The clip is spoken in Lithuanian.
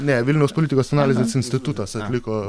ne vilniaus politikos analizės institutas atliko